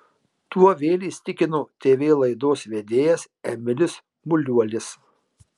tuo vėl įsitikino tv laidos vedėjas emilis muliuolis